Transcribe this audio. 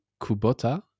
Kubota